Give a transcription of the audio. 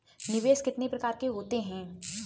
निवेश कितने प्रकार के होते हैं?